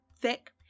thick